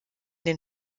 den